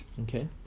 Okay